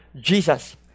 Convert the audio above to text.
Jesus